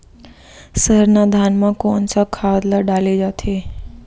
सरना धान म कोन सा खाद ला डाले जाथे?